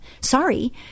Sorry